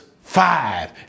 five